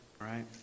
Right